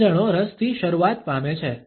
સમજણો રસથી શરૂઆત પામે છે